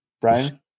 Brian